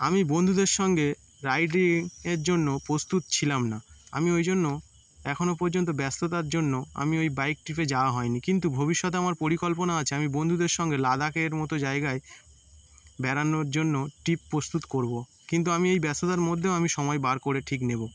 আমি বন্ধুদের সঙ্গে রাইডিংয়ের জন্য প্রস্তুত ছিলাম না আমি ওই জন্য এখনো পর্যন্ত ব্যস্ততার জন্য আমি ওই বাইক ট্রিপে যাওয়া হয়নি কিন্তু ভবিষ্যতে আমার পরিকল্পনা আছে আমি বন্ধুদের সঙ্গে লাদাখের মতো জায়গায় বেড়ানোর জন্য ট্রিপ প্রস্তুত করবো কিন্তু আমি এই ব্যস্ততার মধ্যেও আমি সময় বার করে ঠিক নেবো